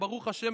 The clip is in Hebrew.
וברוך השם,